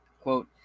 Quote